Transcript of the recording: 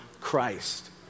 Christ